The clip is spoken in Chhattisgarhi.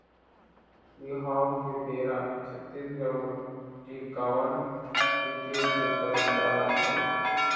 बिहाव के बेरा छत्तीसगढ़ म टिकावन टिके के पंरपरा हवय